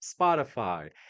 Spotify